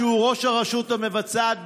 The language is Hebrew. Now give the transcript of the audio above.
שהוא ראש הרשות המבצעת,